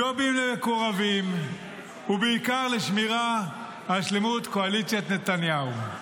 ג'ובים למקורבים ובעיקר לשמירה על שלמות קואליציית נתניהו.